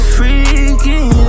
Freaking